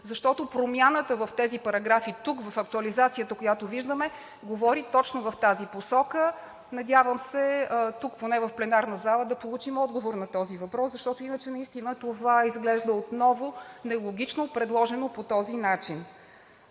защото промяната в тези параграфи тук, в актуализацията, която виждаме, говори точно в тази посока. Надявам се, тук, поне в пленарната зала да получим отговор на този въпрос, защото иначе наистина това, предложено по този начин,